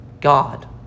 God